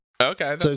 Okay